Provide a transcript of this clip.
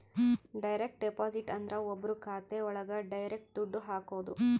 direct deposit ಅಂದ್ರ ಒಬ್ರು ಖಾತೆ ಒಳಗ ಡೈರೆಕ್ಟ್ ದುಡ್ಡು ಹಾಕೋದು